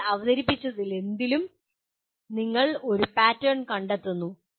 നിങ്ങൾ അവതരിപ്പിച്ചതെന്തിലും നിങ്ങൾ ഒരു പാറ്റേൺ കണ്ടെത്തുന്നു